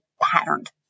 patterned